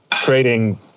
creating